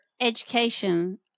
education